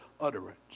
utterance